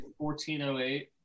1408